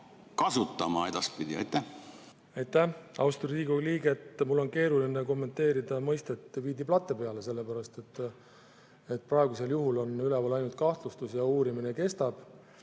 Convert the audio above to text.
kasutama edaspidi? Aitäh, austatud Riigikogu liige! Mul on keeruline kommenteerida mõistet "viidi plate peale", sellepärast et praegusel juhul on üleval ainult kahtlustus ja uurimine kestab.